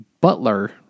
butler